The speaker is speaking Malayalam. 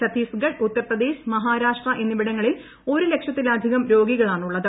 ഛത്തിസ്ഗഡ് ഉത്തർപ്രദേശ് മഹാരാഷ്ട്ര എന്നിവിടങ്ങളിൽ ഒരുലക്ഷത്തിലധികം രോഗികളാണുള്ളത്